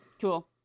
cool